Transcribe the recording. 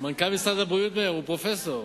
מנכ"ל משרד הבריאות הוא פרופסור.